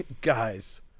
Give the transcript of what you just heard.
Guys